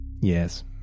Yes